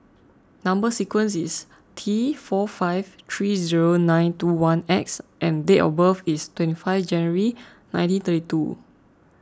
Number Sequence is T four five three zero nine two one X and date of birth is twenty five January nineteen thirty two